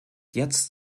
jetzt